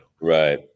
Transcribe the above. Right